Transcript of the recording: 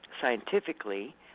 scientifically